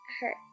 hurt